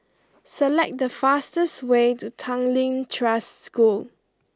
select the fastest way to Tanglin Trust School